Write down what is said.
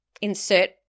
insert